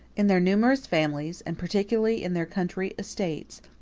in their numerous families, and particularly in their country estates,